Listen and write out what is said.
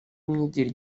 imyigire